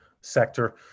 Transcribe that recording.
sector